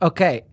Okay